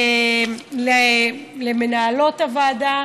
למנהלות הוועדה,